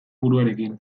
buruarekin